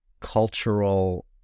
cultural